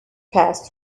passed